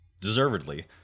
deservedly